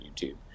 YouTube